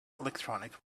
electronic